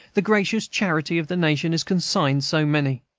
the gracious charity of the nation has consigned so many.